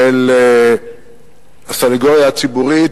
של הסניגוריה הציבורית,